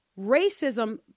racism